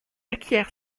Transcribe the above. acquiert